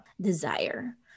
desire